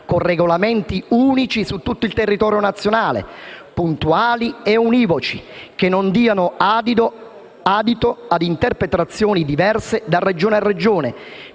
con regolamenti unici su tutto il territorio nazionale, puntuali e univoci, che non diano adito a interpretazioni diverse nelle varie Regioni.